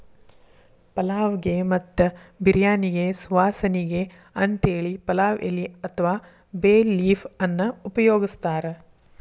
ಪಲಾವ್ ಗೆ ಮತ್ತ ಬಿರ್ಯಾನಿಗೆ ಸುವಾಸನಿಗೆ ಅಂತೇಳಿ ಪಲಾವ್ ಎಲಿ ಅತ್ವಾ ಬೇ ಲೇಫ್ ಅನ್ನ ಉಪಯೋಗಸ್ತಾರ